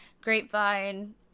grapevine